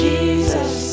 Jesus